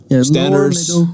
standards